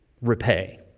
Repay